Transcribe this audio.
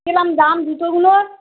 কিরম দাম জুতোগুলোর